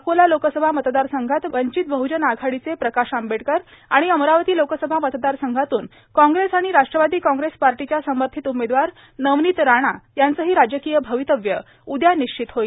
अकोला लोकसभा मतदार संघात वींचत बहूजन आघाडीचे प्रकाश आंबेडकर आर्गाण अमरावती लोकसभा मतदार संघातून कॉग्रेस आर्गाण राष्ट्रावादो कॉग्रेस पार्टाच्या सर्माथित उमेदवार नवनीत राणा यांचंही राजकोय र्भावतव्य उदया निश्चित होईल